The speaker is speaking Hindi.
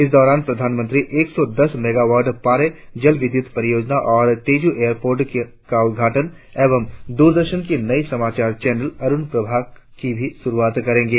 इस दौरान प्रधानमंत्री एक सौ दस मेघावॉट पारे जल विद्युत परियोजना और तेजू एयरपोर्ट का उद्घाटन एवं दूरदर्शन की नई समाचार चैनल अरुणप्रभा की भी शुरुआर करेंगे